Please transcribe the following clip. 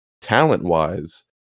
talent-wise